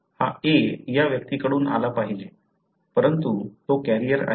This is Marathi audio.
हा a या व्यक्तीकडून आला पाहिजे परंतु तो कॅरियर आहे